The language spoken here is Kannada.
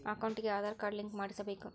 ಅಕೌಂಟಿಗೆ ಆಧಾರ್ ಕಾರ್ಡ್ ಲಿಂಕ್ ಮಾಡಿಸಬೇಕು?